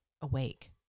awake